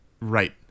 right